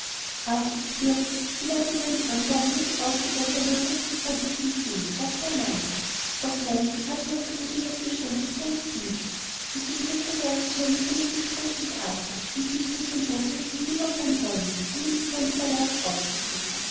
ach ich fürchte sie werden in meinen angaben nur die ausgeburt einer erregten phantasie sehen klagte amanda doch nein ich habe ja so gut wie das geständnis herrn steels und sie berichtete ausführlich von ihrem gespräch mit arthur und wie sie mit dem boot hätten hinüberfahren wollen um ihn in seinem palast aufzusuchen